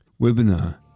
webinar